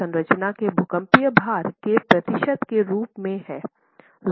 यह प्रतिशत संरचना के भूकंपीय भार के प्रतिशत के रूप में है